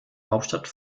hauptstadt